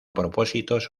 propósitos